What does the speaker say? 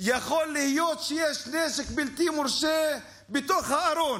יכול להיות שיש נשק בלתי מורשה בתוך הארון,